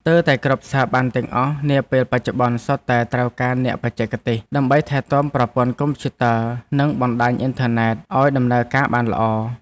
ស្ទើរតែគ្រប់ស្ថាប័នទាំងអស់នាពេលបច្ចុប្បន្នសុទ្ធតែត្រូវការអ្នកបច្ចេកទេស ដើម្បីថែទាំប្រព័ន្ធកុំព្យូទ័រនិងបណ្តាញអ៊ីនធឺណិតឱ្យដំណើរការបានល្អ។